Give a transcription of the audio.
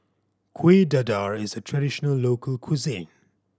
Kuih Dadar is a traditional local cuisine